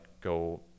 go